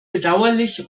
bedauerlich